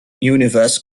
universe